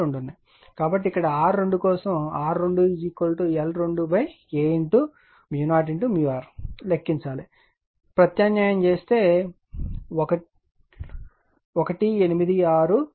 కాబట్టి ఇక్కడ R2 కోసం R2 l2 A 0r ను లెక్కించండి అన్నింటిని ప్రత్యామ్నాయం చేయగా 186509